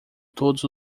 todos